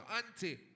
Auntie